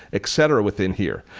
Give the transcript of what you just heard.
etc. within here.